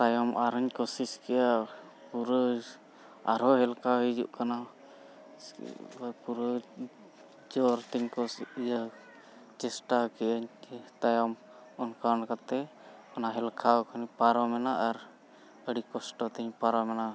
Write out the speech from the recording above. ᱛᱟᱭᱚᱢ ᱟᱨᱦᱚᱧ ᱠᱩᱥᱤᱥ ᱠᱮᱭᱟ ᱯᱩᱨᱟᱹ ᱟᱨᱦᱚᱸ ᱦᱮᱞᱠᱟᱣ ᱦᱤᱡᱩᱜ ᱠᱟᱱᱟ ᱯᱩᱨᱟᱹ ᱡᱳᱨ ᱛᱤᱧ ᱤᱭᱟᱹ ᱪᱮᱥᱴᱟ ᱠᱮᱭᱟᱧ ᱛᱟᱭᱚᱢ ᱚᱱᱠᱟ ᱚᱱᱠᱟᱛᱮ ᱚᱱᱟ ᱦᱮᱞᱠᱟᱣ ᱠᱷᱚᱱᱤᱧ ᱯᱟᱨᱚᱢ ᱮᱱᱟ ᱟᱨ ᱟᱹᱰᱤ ᱠᱚᱥᱴᱚ ᱛᱤᱧ ᱯᱟᱨᱚᱢ ᱮᱱᱟ